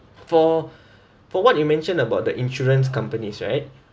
for for what you mentioned about the insurance companies right